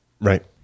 Right